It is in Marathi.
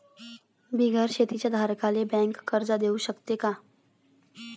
बिगर शेती धारकाले बँक कर्ज देऊ शकते का?